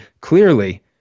clearly